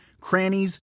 crannies